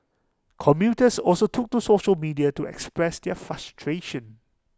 commuters also took to social media to express their frustration